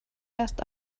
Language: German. erst